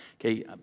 Okay